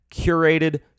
curated